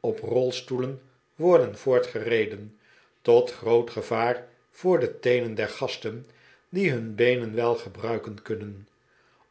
op rolstoelen worden voortgereden tot groot gevaar voor de teenen der gasten die hun beenen wel gebruiken kunnen